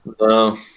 No